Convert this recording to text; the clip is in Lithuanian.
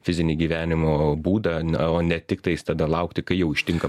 fizinį gyvenimo būdą na o ne tiktais tada laukti kai jau ištinka